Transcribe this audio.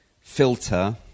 filter